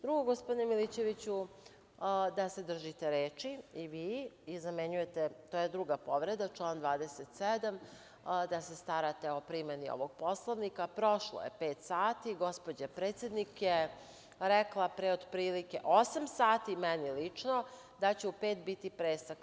Drugo, gospodine Milićeviću da se držite reči i vi, to je druga povreda član 27. da se starate o primeni ovog Poslovnika, prošlo je pet sati, gospođa predsednik je rekla, pre otprilike osam sati, meni lično da će u pet biti presek.